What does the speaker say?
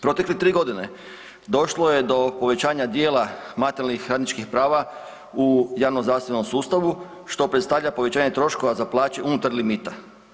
Proteklih 3 godine došlo je do povećanja dijela materijalnih radničkih prava u javnozdravstvenom sustavu što predstavlja povećanje troškova za plaće unutar limita.